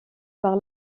par